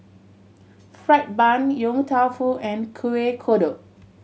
fried bun Yong Tau Foo and Kuih Kodok